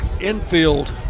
infield